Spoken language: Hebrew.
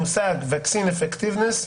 המושג VE vaccine effectiveness,